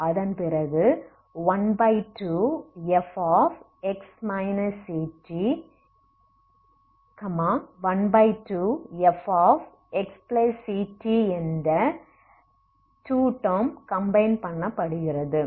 அதன் பிறகு 12fx ct12fxctஎன்ற 2 டேர்ம் கம்பைன் பண்ணப்படுகிறது